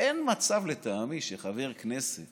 אין מצב לטעמי שחבר כנסת